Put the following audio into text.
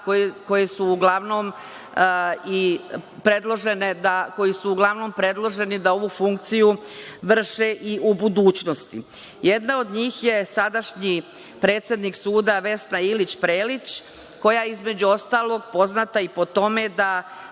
koje su uglavnom i predložene da ovu funkciju vrše i u budućnosti. Jedna od njih je sadašnji predsednik suda, Vesna Ilić Prelić, koja je između ostalog poznata i po tome da